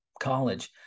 college